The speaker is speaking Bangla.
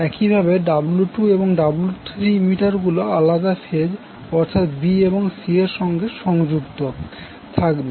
একই ভাবে W2 এবং W3 মিটার গুলো আলাদা ফেজ অর্থাৎ b এবং c এর সঙ্গে সংযুক্ত থাকবে